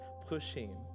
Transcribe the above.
pushing